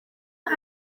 bag